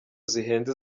zihenze